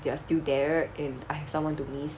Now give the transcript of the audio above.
they are still there and I have someone to miss